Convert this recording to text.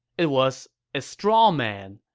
it was a straw man.